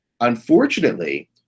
unfortunately